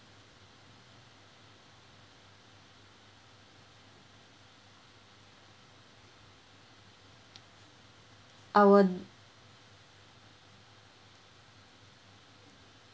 our